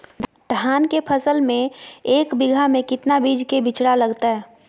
धान के फसल में एक बीघा में कितना बीज के बिचड़ा लगतय?